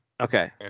Okay